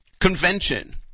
convention